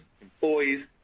employees